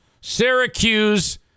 Syracuse